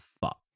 fuck